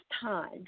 time